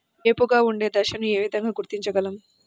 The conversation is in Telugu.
ఏపుగా ఉండే దశను ఏ విధంగా గుర్తించగలం?